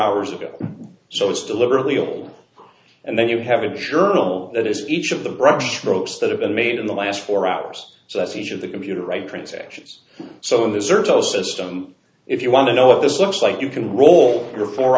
hours ago so it's deliberately old and then you have to be sure all that is each of the brush strokes that have been made in the last four hours so that each of the computer right transactions so in this search those system if you want to know what this looks like you can roll your four